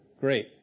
Great